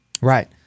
Right